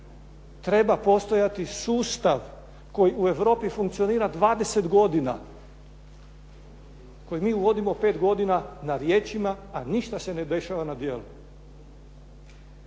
treba postojati sustav koji u Europi funkcionira 20 godina koji mi uvodimo 5 godina na riječima a ništa se ne dešava na djelu.